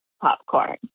popcorn